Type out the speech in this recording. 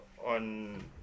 On